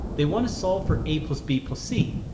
they want to solve for a b but c,